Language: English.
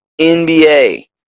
NBA